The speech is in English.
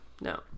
no